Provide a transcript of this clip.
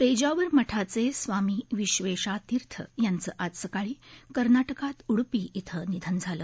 पेजावर मठाचे स्वामी विव्वेषा तीर्थ यांचं आज सकाळी कर्ना क्रात उडपी इथं निधन झालं